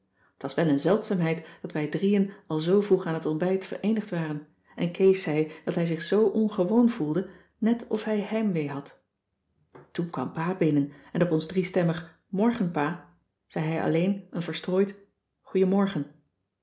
t was wel een zeldzaamheid dat wij drieën al zoo vroeg aan t ontbijt vereenigd waren en kees zei dat hij zich zoo ongewoon voelde net of hij heimwee had toen kwam pa binnen en op ons driestemmig morgen pa zei hij alleen een verstrooid goeiemorgen